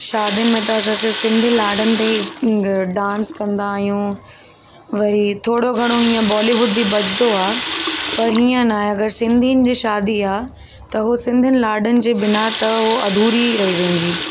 शादियुनि में त असां स सिंधी लाॾनि ते ई ग डांस कंदा आहियूं वरी थोरो घणो इअं बोलीवुड बि वॼंदो आहे पर हीअं नाहे अगरि सिंधियुनि जी शादी आहे त उहो सिंधिनि लाॾनि जे बिना त उहो अधूरी ई रही वेंदी